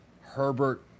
Herbert